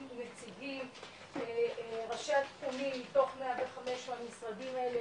נציגים ראשי אגפים מתוך 105 במשרדים האלה,